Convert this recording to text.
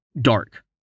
Dark